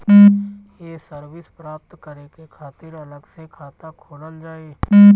ये सर्विस प्राप्त करे के खातिर अलग से खाता खोलल जाइ?